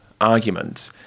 argument